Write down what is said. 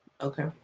okay